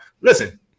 Listen